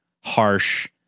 harsh